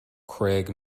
craig